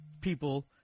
people